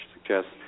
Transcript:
suggests